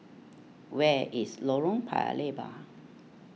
where is Lorong Paya Lebar